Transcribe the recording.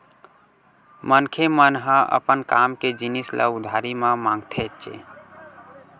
मनखे मन ह अपन काम के जिनिस ल उधारी म मांगथेच्चे